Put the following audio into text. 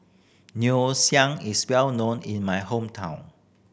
ngoh is well known in my hometown